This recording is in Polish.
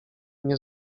nie